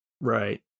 right